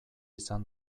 izan